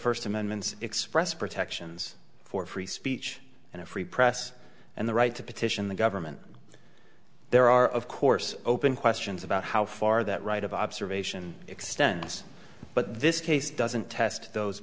first amendment's express protections for free speech and a free press and the right to petition the government there are of course open questions about how far that right of observation extends but this case doesn't test those